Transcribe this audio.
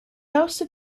also